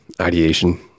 ideation